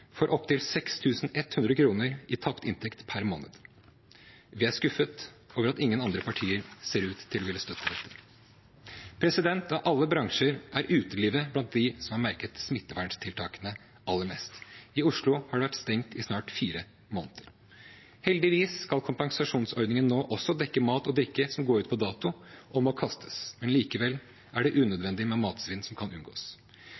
for opptil 6 100 kr i tapt inntekt per måned. Vi er skuffet over at ingen andre partier ser ut til å ville støtte dette. Av alle bransjer er utelivet blant dem som har merket smitteverntiltakene aller mest. I Oslo har det vært stengt i snart fire måneder. Heldigvis skal kompensasjonsordningen nå også dekke mat og drikke som går ut på dato og må kastes, men likevel er det unødvendig med matsvinn som kan unngås.